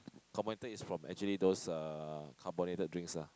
is from actually those uh carbonated drinks lah